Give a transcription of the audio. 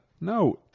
No